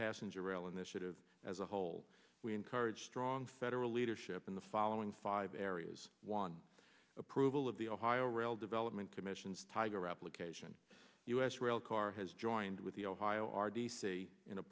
passenger rail initiative as a whole we encourage strong federal leadership in the following five areas won approval of the ohio rail development commission's tiger application u s rail car has joined with the ohio r d c in a